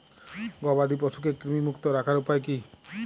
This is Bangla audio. গবাদি পশুকে কৃমিমুক্ত রাখার উপায় কী?